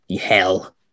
hell